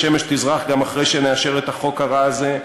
השמש תזרח גם אחרי שנאשר את החוק הרע הזה,